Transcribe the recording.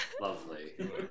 lovely